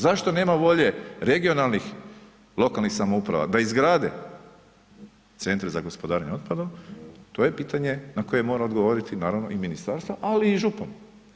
Zašto nema volje regionalnih lokalnih samouprava da izgrade centar za gospodarenje otpadom, to je pitanje na koje mora odgovoriti naravno i ministarstvo ali i župani.